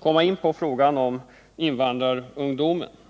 komma in på frågan om invandrarungdomen.